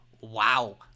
Wow